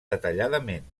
detalladament